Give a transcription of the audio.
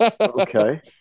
Okay